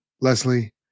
leslie